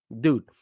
dude